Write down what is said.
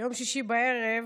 ביום שישי בערב